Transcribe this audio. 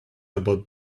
about